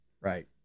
Right